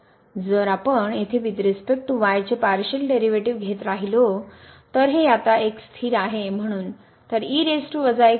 जर आपण येथे वूईथ रिस्पेक्ट टू y चे पार्शिअल डेरीवेटीव घेत राहिलो तर हे आता x स्थिर आहे म्हणून